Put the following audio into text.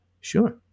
Sure